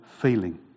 feeling